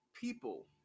people